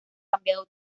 cambiado